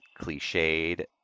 cliched